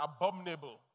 abominable